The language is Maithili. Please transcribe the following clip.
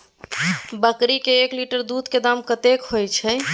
बकरी के एक लीटर दूध के दाम कतेक होय छै?